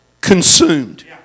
consumed